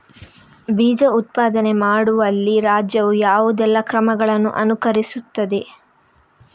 ಬೀಜ ಉತ್ಪಾದನೆ ಮಾಡುವಲ್ಲಿ ರಾಜ್ಯವು ಯಾವುದೆಲ್ಲ ಕ್ರಮಗಳನ್ನು ಅನುಕರಿಸುತ್ತದೆ?